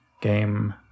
game